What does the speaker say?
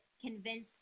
convince